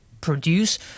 produce